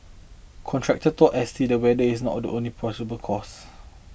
contractor told S T the weather is not the only possible cause